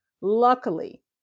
Luckily